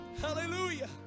Hallelujah